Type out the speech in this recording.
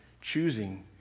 choosing